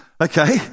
Okay